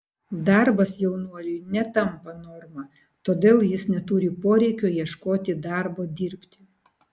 darbas jaunuoliui netampa norma todėl jis neturi poreikio ieškoti darbo dirbti